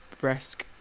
breast